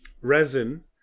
resin